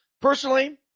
personally